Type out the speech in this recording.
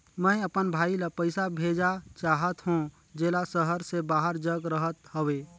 मैं अपन भाई ल पइसा भेजा चाहत हों, जेला शहर से बाहर जग रहत हवे